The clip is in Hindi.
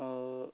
और